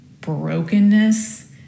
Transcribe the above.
brokenness